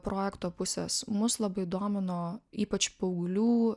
projekto pusės mus labai domino ypač paauglių